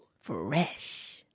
Fresh